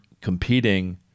competing